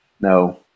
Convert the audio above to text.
no